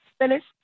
finished